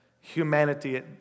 humanity